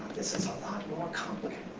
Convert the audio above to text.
this is a lot more complicated